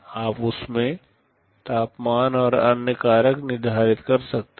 आप उसमें तापमान और अन्य कारक निर्धारित कर सकते हैं